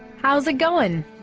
how's it going?